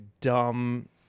dumb